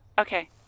Okay